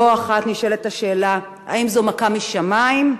לא אחת נשאלת השאלה: האם זו מכה משמים?